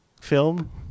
film